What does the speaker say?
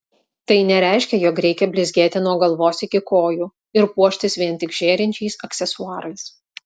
tai nereiškia jog reikia blizgėti nuo galvos iki kojų ir puoštis vien tik žėrinčiais aksesuarais